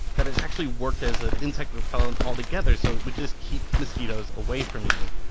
that it actually worked as an insect repellent altogether so it would just keep mosquitoes away from you.